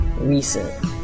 recent